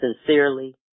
Sincerely